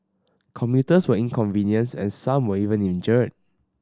commuters were inconvenienced and some were even injured